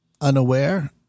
unaware